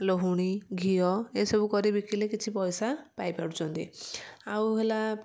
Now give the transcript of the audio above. ଲହୁଣୀ ଘିଅ ଏସବୁ କରି ବିକିଲେ କିଛି ପଇସା ପାଇପାରୁଛନ୍ତି ଆଉ ହେଲା